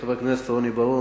חבר הכנסת רוני בר-און,